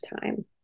time